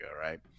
right